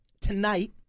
Tonight